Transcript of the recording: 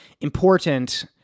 important